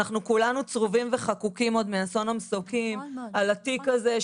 אנחנו כולנו צרובים וחקוקים עוד מאסון המסוקים על התיק הזה,